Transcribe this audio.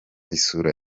isura